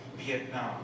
Vietnam